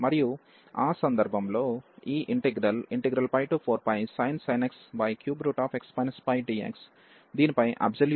మరియు ఆ సందర్భంలో ఈ integral 4πsin x 3x πdx దీనిపై అబ్సొల్యూట్ గా కన్వెర్జ్ అవుతుంది